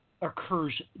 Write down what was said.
occurs